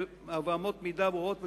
ובאמות מידה ברורות ושקופות.